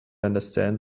understand